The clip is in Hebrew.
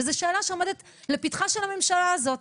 וזאת שאלה שעומדת לפתחה של הממשלה הזאת,